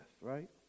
right